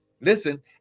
listen